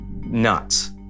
nuts